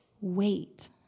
Wait